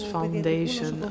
Foundation